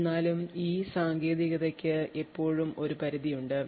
എന്നിരുന്നാലും ഈ സാങ്കേതികതയ്ക്ക് ഇപ്പോഴും ഒരു പരിമിതി ഉണ്ട്